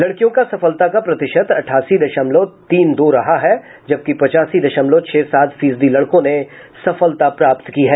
लड़कियों का सफलता का प्रतिशत अठासी दशमलव तीन दो रहा है जबकि पचासी दशमलव छह सात फीसदी लड़कों ने सफलता प्राप्त की है